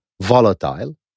volatile